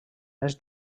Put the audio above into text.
més